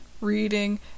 reading